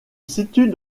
situe